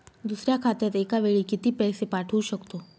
दुसऱ्या खात्यात एका वेळी किती पैसे पाठवू शकतो?